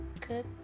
Good